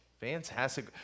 Fantastic